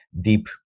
deep